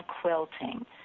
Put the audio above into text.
quilting